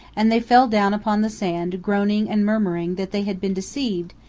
and they fell down upon the sand groaning and murmuring that they had been deceived,